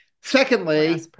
secondly